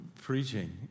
preaching